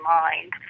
mind